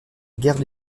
guerre